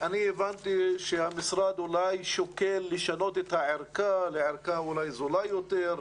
אני הבנתי שהמשרד אולי שוקל לשנות את הערכה לערכה שהיא אולי זולה יותר.